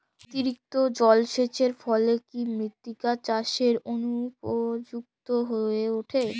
অতিরিক্ত জলসেচের ফলে কি মৃত্তিকা চাষের অনুপযুক্ত হয়ে ওঠে?